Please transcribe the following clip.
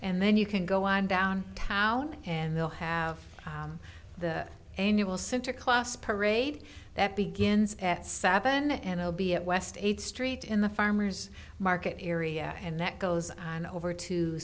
and then you can go on down town and they'll have the annual center class parade that begins at seven and i'll be at west eighth street in the farmers market area and that goes on over to